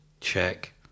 Check